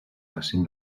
facin